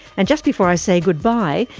and just before i say goodbye,